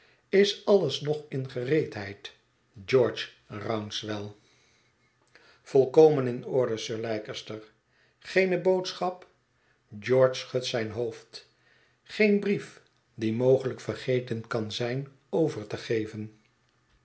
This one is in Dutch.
is alles nog in gereedheid george rounhet verlaten huis cewell volkomen in orde sir leicester geene boodschap george schudt zijn hoofd geen brief die mogelijk vergeten kan zijn over te geven